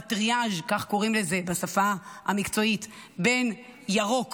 בטריאז' כך קוראים לזה בשפה המקצועית בין ירוק